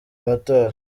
amatora